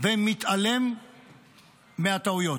ומתעלם מהטעויות.